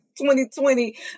2020